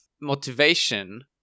motivation